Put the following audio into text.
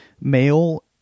male